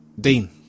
Dean